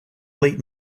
late